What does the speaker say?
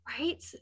right